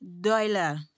dollar